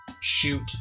shoot